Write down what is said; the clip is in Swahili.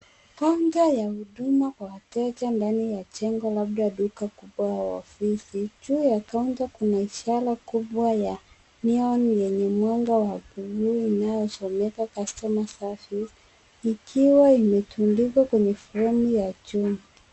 Kaunta ya huduma kwa wateja ndani ya jengo labda duka kubwa au ofisi, juu ya kaunta kuna ishara kubwa ya Neon yenye mwanga wa bluu inayosomeka Customer Service ikiwa imetundikwa kwenye fremu ya chuma.